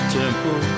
temple